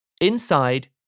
Inside